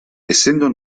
essendo